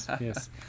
Yes